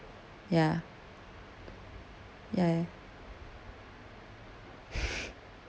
ya ya ya